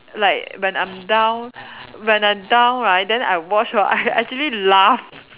like when I'm down when I'm down right then I watch right I actually laugh